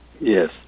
Yes